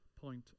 point